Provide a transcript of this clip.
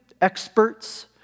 experts